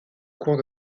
cours